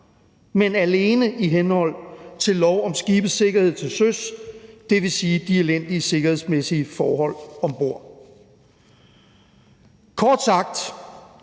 men alene i henhold til lov om skibes sikkerhed til søs, dvs. de elendige sikkerhedsmæssige forhold om bord. Kort sagt: